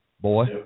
boy